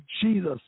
Jesus